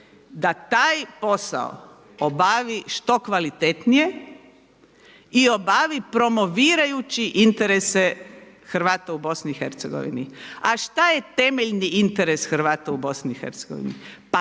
da taj posao obavi što kvalitetnije i obavi promovirajući interese Hrvata u BiH. A šta je temeljni interes Hrvata u BiH,